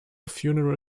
funeral